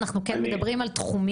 אנחנו כן מדברים על תחומים.